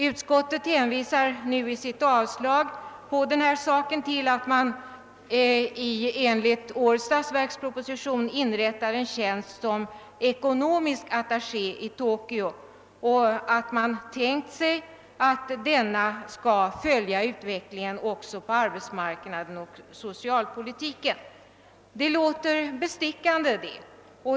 Utskottet hänvisar i sitt avslagsyrkande på motionerna till att i årets statsverksproposition föreslås inrättande av en tjänst som ekonomisk attaché i Tokyo, vars innehavare man tänkt sig skall följa utvecklingen också på arbetsmarknaden och inom socialpolitiken i Japan. Detta låter bestickande.